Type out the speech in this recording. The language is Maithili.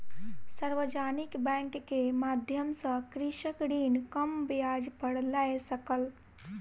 सार्वजानिक बैंक के माध्यम सॅ कृषक ऋण कम ब्याज पर लय सकल